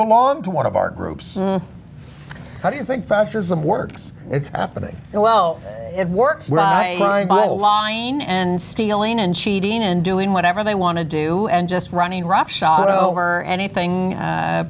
belong to one of our groups how do you think fascism works it's happening well it works fine but the line and stealing and cheating and doing whatever they want to do and just running roughshod over anything